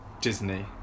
Disney